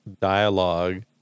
dialogue